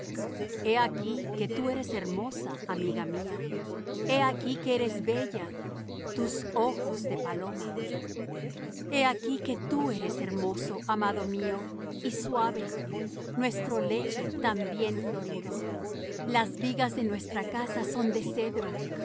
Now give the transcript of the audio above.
he aquí que tú eres hermosa amiga mía he aquí que eres bella tus ojos de paloma he aquí que tú eres hermoso amado mío y suave nuestro lecho también florido las vigas de nuestra casa son de cedro